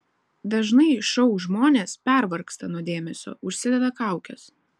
dažnai šou žmonės pervargsta nuo dėmesio užsideda kaukes